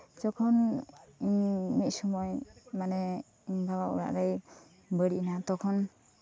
ᱡᱚᱠᱷᱚᱢ ᱢᱤᱫ ᱥᱚᱢᱚᱭ ᱤᱧ ᱵᱟᱵᱟ ᱚᱲᱟᱜ ᱨᱮ ᱵᱟᱹᱲᱤᱡ ᱮᱱᱟ ᱛᱚᱠᱷᱚᱱ